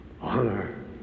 honor